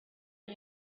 you